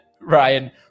Ryan